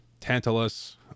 Tantalus